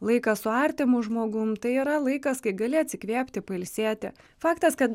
laiką su artimu žmogum tai yra laikas kai gali atsikvėpti pailsėti faktas kad